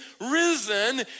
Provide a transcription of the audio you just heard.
risen